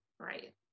Right